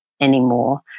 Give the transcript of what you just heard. anymore